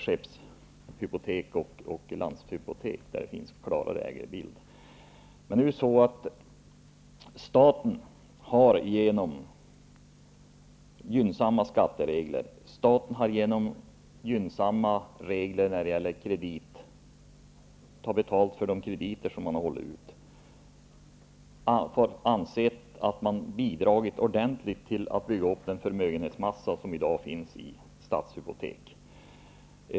Skeppshypotek och Landshypotek har däremot en klarare ägarbild. Staten har genom gynnsamma regler när det gäller skatter och kredit tagit betalt för sina krediter. Man har bidragit ordentligt till att bygga upp den förmögenhetsmassa som i dag finns i Stadshypotek.